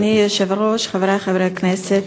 אדוני היושב-ראש, חברי חברי הכנסת,